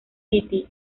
piti